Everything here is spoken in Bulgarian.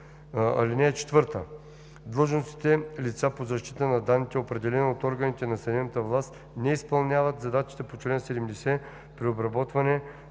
чл. 25б. (4) Длъжностните лица по защита на данните, определени от органите на съдебната власт, не изпълняват задачите по чл. 70 при обработване